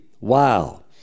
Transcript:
Wow